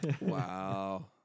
Wow